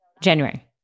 January